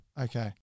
Okay